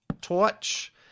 torch